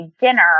dinner